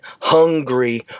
hungry